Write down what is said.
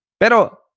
Pero